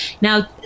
Now